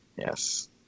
Yes